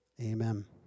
Amen